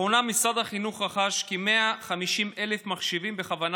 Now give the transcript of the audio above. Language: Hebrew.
לאחרונה משרד החינוך רכש כ-150,0000 מחשבים בכוונה